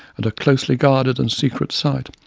at a closely guarded and secret site.